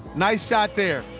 nice shot there.